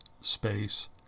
space